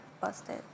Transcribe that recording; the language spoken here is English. busted